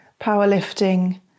powerlifting